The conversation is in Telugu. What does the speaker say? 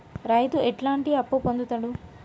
రైతు ఎట్లాంటి అప్పు పొందుతడు?